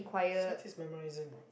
Science is memorizing